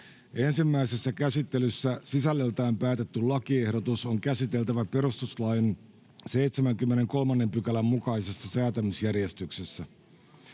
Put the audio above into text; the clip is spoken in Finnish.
Ensimmäisessä käsittelyssä sisällöltään päätetty lakiehdotus on käsiteltävä perustuslain 73 §:n mukaisessa säätämisjärjestyksessä.